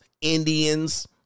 Indians